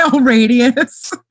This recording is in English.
radius